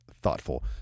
thoughtful